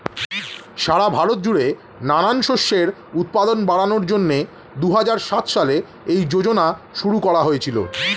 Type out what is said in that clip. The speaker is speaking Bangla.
সারা ভারত জুড়ে নানান শস্যের উৎপাদন বাড়ানোর জন্যে দুহাজার সাত সালে এই যোজনা শুরু করা হয়েছিল